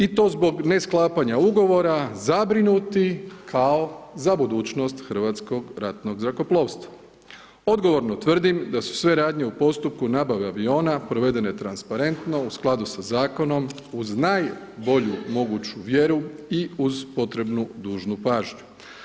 I to zbog nesklapanja ugovora zabrinuti kao za budućnost hrvatskog ratnog zrakoplovstva odgovorno tvrdim da su sve radnje u postupku nabave aviona provedene transparentno u skladu sa zakonom uz najbolju moguću vjeru i uz potrebnu dužnu pažnju.